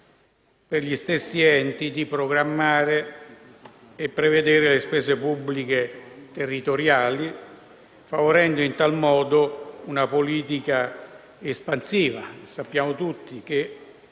per gli stessi enti di programmare e prevedere le spese pubbliche territoriali favorendo in tal modo una politica espansiva. Sappiamo tutti che